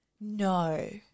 No